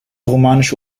romanische